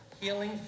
healing